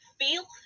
feel